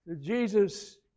Jesus